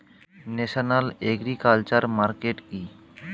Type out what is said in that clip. National agriculture market কি?